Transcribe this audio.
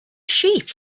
sheep